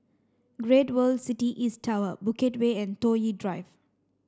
Great World City East Tower Bukit Way and Toh Yi Drive